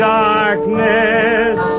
darkness